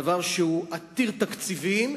דבר שהוא עתיר תקציבים,